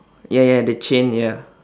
ya ya the chain ya